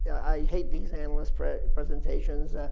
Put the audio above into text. i hate these analysts presentations.